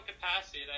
capacity